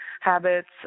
habits